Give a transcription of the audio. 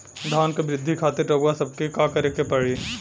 धान क वृद्धि खातिर रउआ सबके का करे के पड़ी?